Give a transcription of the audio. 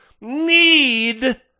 need